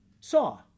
saw